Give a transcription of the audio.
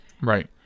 Right